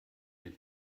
den